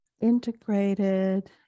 integrated